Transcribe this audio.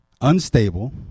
unstable